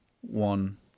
one